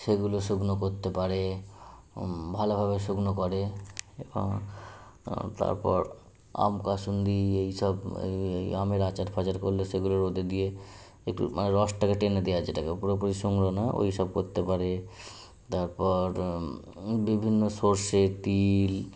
সেগুলো শুকনো করতে পারে ভালোভাবে শুকনো করে এবং তারপর আম কাসুন্দি এইসব এই এই আমের আচার ফাচার করলে সেগুলো রোদে দিয়ে একটু মানে রসটাকে টেনে দেওয়া যেটাকে বলে পুরোপুরি শুকনো না ওইসব করতে পারে তারপর বিভিন্ন সরষে তিল